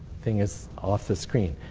thing is off the screen.